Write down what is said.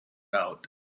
out